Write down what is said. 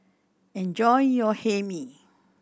enjoy your Hae Mee